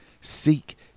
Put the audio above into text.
Seek